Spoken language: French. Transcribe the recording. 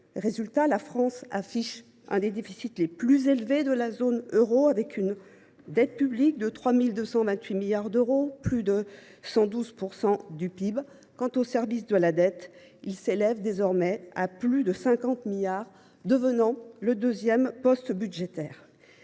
Résultat : la France affiche un des déficits les plus élevés de la zone euro. La dette publique atteint 3 228 milliards d’euros, soit plus de 112 % du PIB. Quant au service de la dette, il dépasse désormais 50 milliards d’euros, devenant notre deuxième poste budgétaire.